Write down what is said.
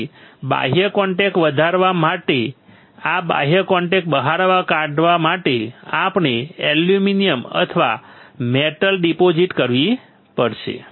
તેથી બાહ્ય કોન્ટેક્ટ વધારવા માટે અથવા બાહ્ય કોન્ટેક્ટ બહાર કાઢવા માટે આપણે એલ્યુમિનિયમ અથવા મેટલ ડિપોઝિટ કરવી પડશે